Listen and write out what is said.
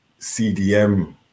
CDM